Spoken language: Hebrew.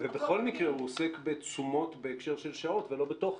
בכול מקרה הוא עוסק בתשומות בהקשר של שעות ולא בתוכן.